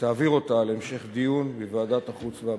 ותעביר אותה להמשך דיון בוועדת החוץ והביטחון.